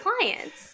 clients